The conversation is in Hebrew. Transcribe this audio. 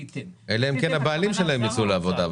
אלא אם כן הבעלים שלהן יצאו לעבודה.